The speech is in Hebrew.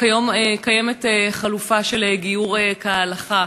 כיום קיימת חלופה של גיור כהלכה.